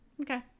Okay